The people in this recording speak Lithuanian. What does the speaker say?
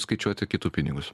skaičiuoti kitų pinigus